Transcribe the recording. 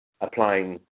applying